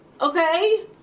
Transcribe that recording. okay